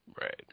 Right